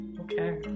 Okay